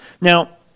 Now